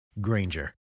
granger